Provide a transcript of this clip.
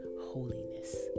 holiness